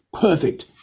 Perfect